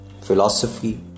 philosophy